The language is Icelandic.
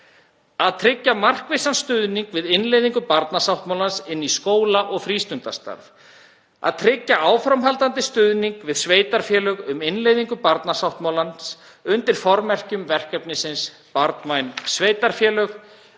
að tryggja markvissan stuðning við innleiðingu barnasáttmálans inn í skóla og frístundastarf, að tryggja áframhaldandi stuðning við sveitarfélög um innleiðingu barnasáttmálans undir formerkjum verkefnisins Barnvæn sveitarfélög,